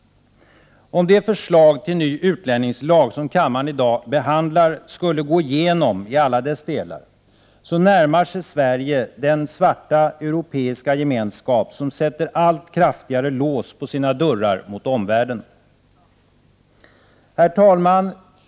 Om det förslag till ny utlänningslag som kammaren i dag behandlar skulle gå igenom i alla dess delar, närmar sig Sverige den svarta europeiska gemenskap som sätter allt kraftigare lås på sina dörrar mot omvärlden. Herr talman!